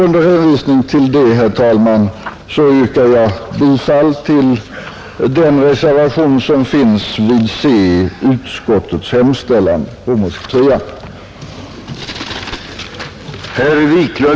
Under hänvisning till detta, herr talman, yrkar jag bifall till reservationen III vid Ci utskottets hemställan.